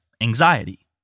anxiety